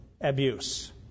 abuse